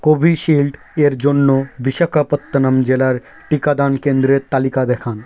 কোভিশিল্ডের জন্য বিশাখাপত্তনম জেলার টিকাদান কেন্দ্রের তালিকা দেখান